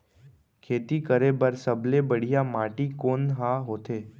खेती करे बर सबले बढ़िया माटी कोन हा होथे?